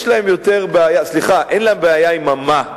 יש להם יותר בעיה, סליחה, אין להם בעיה עם ה"מה",